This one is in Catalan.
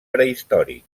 prehistòric